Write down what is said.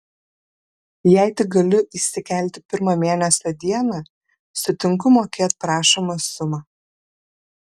jei tik galiu įsikelti pirmą mėnesio dieną sutinku mokėt prašomą sumą